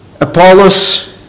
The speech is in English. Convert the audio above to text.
Apollos